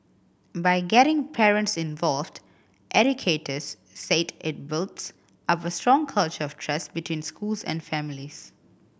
by getting parents involved educators said it builds up a strong culture of trust between schools and families